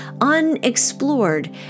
unexplored